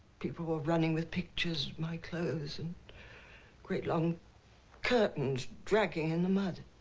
people were running with pictures. my clothes and great long curtains dragging in the mud.